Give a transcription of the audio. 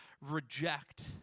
reject